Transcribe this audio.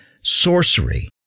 sorcery